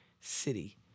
city